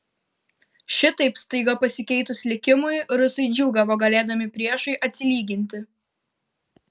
šitaip staiga pasikeitus likimui rusai džiūgavo galėdami priešui atsilyginti